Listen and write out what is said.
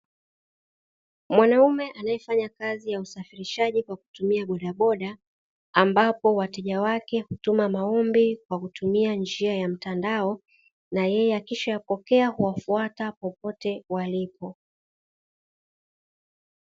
Mwanaume anaefanya kazi ya usafirishaji kwa kutumia bodaboda, ambapo wateja wake hutuma maombi kwa kutumia njia ya mtandao na yeye akishapokea huwafuata popote walipo.